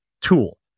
tool